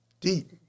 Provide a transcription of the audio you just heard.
Deep